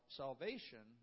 salvation